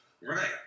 Right